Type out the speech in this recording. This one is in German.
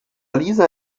lisa